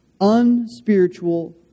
unspiritual